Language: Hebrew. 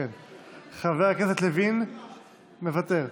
חבר הכנסת לוין, מוותר.